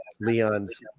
Leon's